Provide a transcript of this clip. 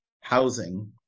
housing